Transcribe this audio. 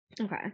Okay